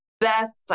best